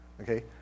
Okay